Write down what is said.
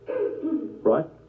Right